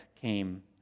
came